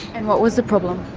and what was the problem?